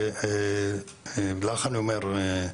ולך אני אומר,